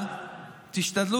אני לא חושב.